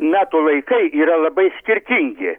metų laikai yra labai skirtingi